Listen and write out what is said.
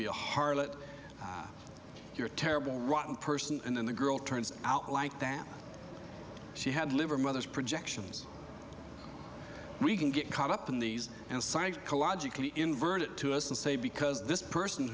be a harlot you're a terrible rotten person and then the girl turns out like that she had liver mothers projections we can get caught up in these and psychologically invert it to us and say because this person